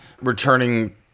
returning